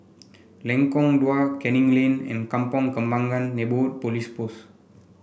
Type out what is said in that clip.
Lengkong Dua Canning Lane and Kampong Kembangan Neighbourhood Police Post